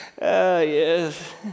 Yes